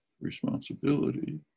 responsibility